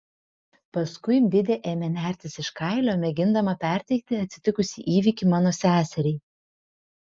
paskui bidė ėmė nertis iš kailio mėgindama perteikti atsitikusį įvykį mano seseriai